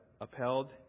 upheld